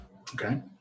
Okay